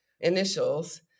initials